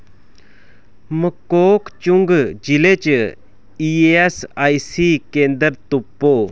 मोकोक चुंग जि'ले च ईऐस्सआईसी केंदर तुप्पो